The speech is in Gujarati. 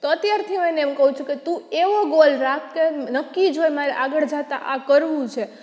તો અત્યારથી હું એને એવું કહું છું તું એવો ગોલ રાખ કે નક્કી જ હોય કે મારે આગળ જતા આ કરવું છે